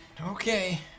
Okay